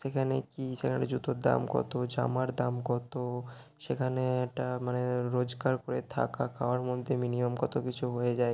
সেখানে কী সেখানে জুতোর দাম কত জামার দাম কত সেখানে একটা মানে রোজকার করে থাকা খাওয়ার মধ্যে মিনিমাম কতো কিছু হয়ে যায়